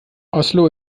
oslo